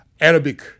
Arabic